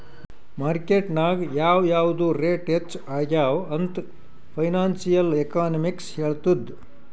market ನಾಗ್ ಯಾವ್ ಯಾವ್ದು ರೇಟ್ ಹೆಚ್ಚ ಆಗ್ಯವ ಅಂತ್ ಫೈನಾನ್ಸಿಯಲ್ ಎಕನಾಮಿಕ್ಸ್ ಹೆಳ್ತುದ್